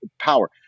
power